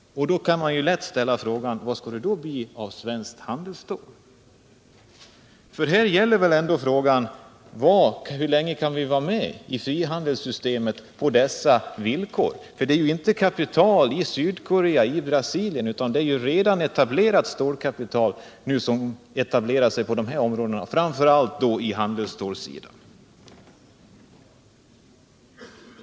Vad skall det i så fall bli av svenskt handelsstål? Här måste man ställa frågan: Hur länge kan vi vara med i frihandelssystemet på dessa villkor? Det är ju inte kapital i Sydkorea eller Brasilien som används utan det är redan etablerat stålkapital som etablerar sig i de här länderna, framför allt på handelsstålssidan.